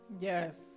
yes